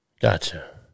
Gotcha